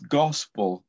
gospel